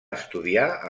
estudiar